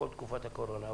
לכל תקופת הקורונה.